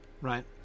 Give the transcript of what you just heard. Right